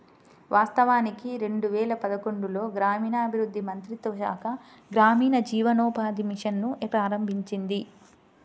వాస్తవానికి రెండు వేల పదకొండులో గ్రామీణాభివృద్ధి మంత్రిత్వ శాఖ గ్రామీణ జీవనోపాధి మిషన్ ను ప్రారంభించింది